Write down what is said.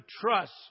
trust